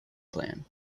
plan